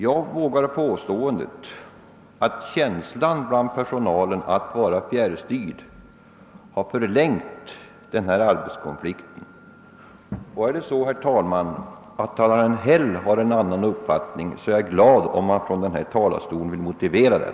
Jag vågar emellertid göra påståendet att känslan bland personalen av att vara fjärrstyrd förlängde arbetskonflikten. Har herr Häll en annan uppfattning är jag glad om han från denna talarstol vill motivera den.